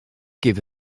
give